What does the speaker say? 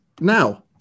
Now